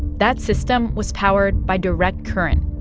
that system was powered by direct current,